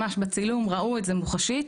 ממש, בצילום ראו את זה מוחשית.